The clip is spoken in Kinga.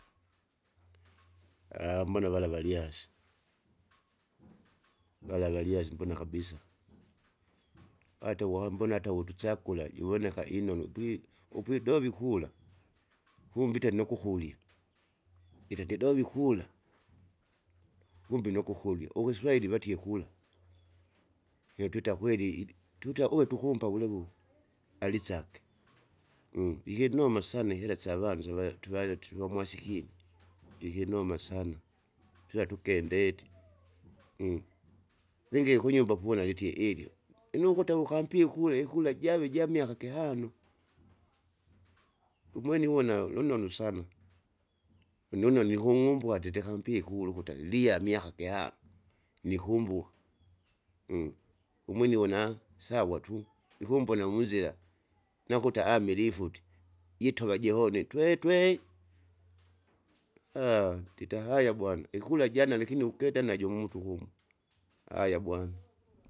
mwana vala valyasi vala valyasi mbona kabisa ata uwambona ata uvutusakula jiwoneka inonu pwi- upwi be bebikula kumbe itene nukukulya, itekido vikula kumbe nukukulya ugwe swaili vatie vatie kula, yotwita kweli idi twita uvo tukumba vulevule, alisake. Ikinoma sana kila syavanu sivae twivae tihomwasikini ikinoma sana pia tukendeti. Lingi kunyumba punaliti ilyo ino ukuta wukampie ikule ikura jave jamiaka kihano! umwene iwona lunonu sana lunonwa nikung'umbuka ati tikampi ikura ukuti alia miaka kihano nikumbuka umwene uwona sawa tu ikumbona munzira, nakuta amilifuti, jitova jihone twee twee! ndita haya bwana ikura jana lakini uketa najo muntuku umu haya bwana.